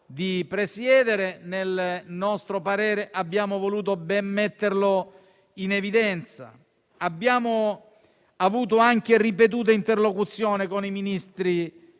di presiedere, nel nostro parere abbiamo voluto metterlo bene in evidenza. Abbiamo avuto anche ripetute interlocuzioni con i ministri